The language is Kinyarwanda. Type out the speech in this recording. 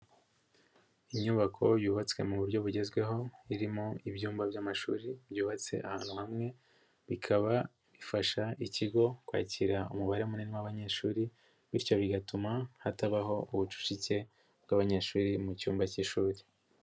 Inyubako yubatswe mu buryo bugezweho, irimo ibyumba by'amashuri byubatse ahantu hamwe, bikaba bifasha ikigo kwakira umubare munini w'abanyeshuri, bityo bigatuma hatabaho ubucucike bw'abanyeshuri mu cyumba k'ishuri.